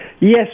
Yes